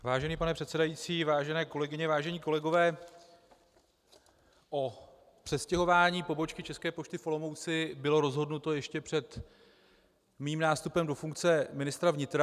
Vážený pane předsedající, vážené kolegyně, vážení kolegové, o přestěhování pobočky České pošty v Olomouci bylo rozhodnuto ještě před mým nástupem do funkce ministra vnitra.